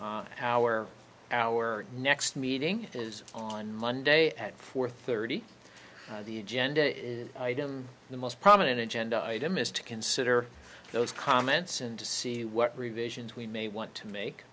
on our our next meeting is on monday at four thirty the agenda is the most prominent agenda item is to consider those comments and to see what revisions we may want to make